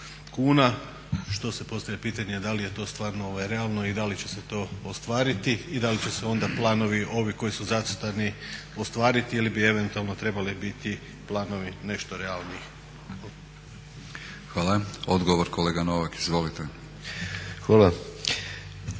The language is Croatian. kuna, što se postavlja pitanje da li je to stvarno realno i da li će se to ostvariti i da li će se onda planovi ovi koji su zacrtani ostvariti ili bi eventualno trebali biti planovi nešto realniji. **Batinić, Milorad (HNS)** Hvala.